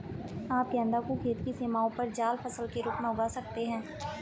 आप गेंदा को खेत की सीमाओं पर जाल फसल के रूप में उगा सकते हैं